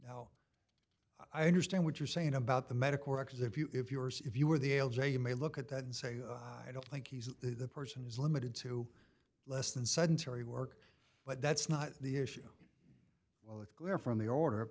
now i understand what you're saying about the medical records if yours if you were the l j you may look at that and say i don't think he's the person is limited to less than sudden terry work but that's not the issue with glare from the order